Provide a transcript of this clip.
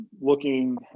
looking